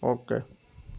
okay